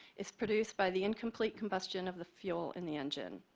is produced by the incomplete combustion of the fuel in the engine.